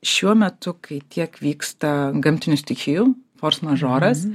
šiuo metu kai tiek vyksta gamtinių stichijų forsmažoras